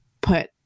put